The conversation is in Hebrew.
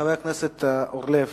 חבר הכנסת אורלב,